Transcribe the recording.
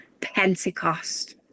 pentecost